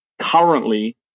currently